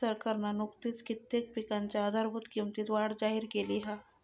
सरकारना नुकतीच कित्येक पिकांच्या आधारभूत किंमतीत वाढ जाहिर केली हा